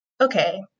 okay